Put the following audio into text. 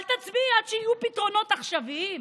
אל תצביעי עד שיהיו פתרונות עכשוויים.